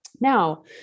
Now